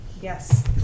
Yes